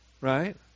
Right